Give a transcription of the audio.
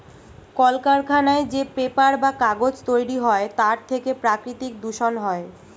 কলকারখানায় যে পেপার বা কাগজ তৈরি হয় তার থেকে প্রাকৃতিক দূষণ হয়